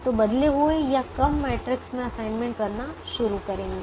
तो बदले हुए अथवा कम मैट्रिक्स में असाइनमेंट करना शुरू करेंगे